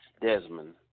Desmond